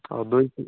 ହଉ ଦୁଇ କି